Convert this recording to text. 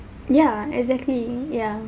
yeah exactly yeah